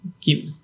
keep